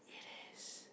it is